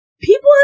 people